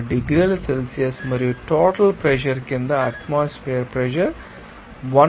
2 డిగ్రీల సెల్సియస్ మరియు total pressure కింద అట్మాస్ఫెర్ ప్రెషర్ 101